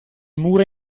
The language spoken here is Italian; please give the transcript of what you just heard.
mura